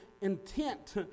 intent